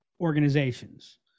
organizations